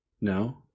No